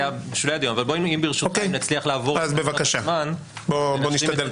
אם ברשותך נצליח לעבור -- אז בבקשה, בוא נשתדל.